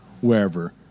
wherever